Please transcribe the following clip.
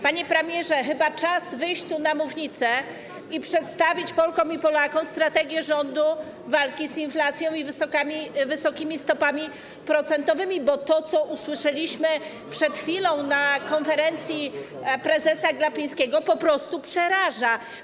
Panie premierze, chyba czas wyjść tu, na mównicę i przedstawić Polkom i Polakom strategię rządu w zakresie walki z inflacją i wysokimi stopami procentowymi, bo to, co usłyszeliśmy przed chwilą na konferencji prezesa Glapińskiego, po prostu przeraża.